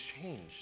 changed